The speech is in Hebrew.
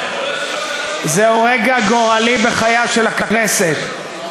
זהו רגע גורלי בחייה של הכנסת,